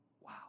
Wow